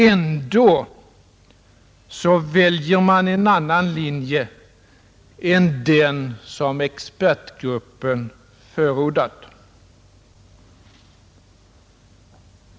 Ändå väljer man en annan linje än den som expertgruppen förordat.